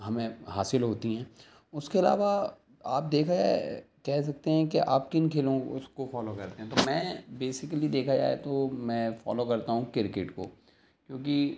ہمیں حاصل ہوتی ہیں اس کے علاوہ آپ دیکھا جائے کہہ سکتے ہیں کہ آپ کن کھیلوں اس کو فالو کرتے ہیں تو میں بیسیکلی دیکھا جائے تو میں فالو کرتا ہوں کرکٹ کو کیونکہ